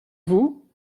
vous